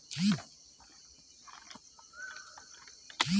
কীভাবে পাট শুকোলে বাজারে ভালো দাম পাওয়া য়ায়?